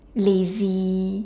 lazy